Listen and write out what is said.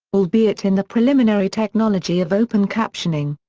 albeit in the preliminary technology of open captioning.